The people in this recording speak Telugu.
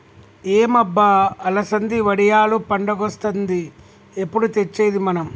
ఏం అబ్బ అలసంది వడియాలు పండగొస్తాంది ఎప్పుడు తెచ్చేది మనం